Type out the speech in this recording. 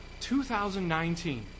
2019